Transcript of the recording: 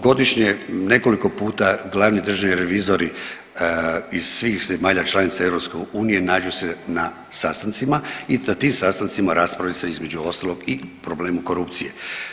Godišnje nekoliko puta glavni državni revizori iz svih zemalja članica EU nađu se na sastancima i na tim sastancima raspravlja se između ostalog i problemu korupcije.